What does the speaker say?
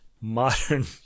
modern